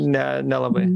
ne nelabai